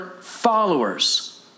followers